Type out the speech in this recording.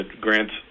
grants